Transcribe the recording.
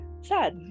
sad